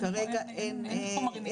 כרגע אין חומרים חדשים.